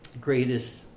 greatest